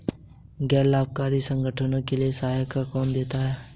गैर लाभकारी संगठनों के लिए सहायता कौन देता है?